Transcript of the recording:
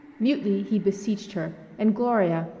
mutely he beseeched her and gloria,